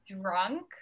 drunk